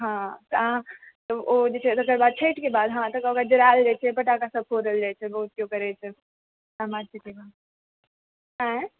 हँ तकर बाद ओ जे छै से छठिके बाद हँ तकर बाद ओकरा जड़ाएल जाइ छै तकर बाद ओकरा फोड़ल जाइ छै बहुत केओ करै छथि सामा चकेवा आइ